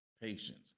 patience